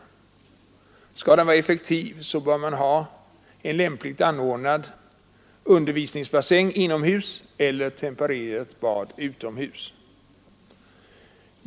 Om den skall vara effektiv bör man ha en lämpligt anordnad undervisningsbassäng inomhus eller ett tempererat bad utomhus.